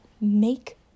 Make